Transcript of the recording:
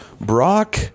Brock